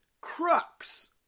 crux